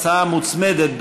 הצעה מוצמדת,